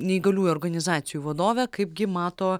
neįgaliųjų organizacijų vadovė kaipgi mato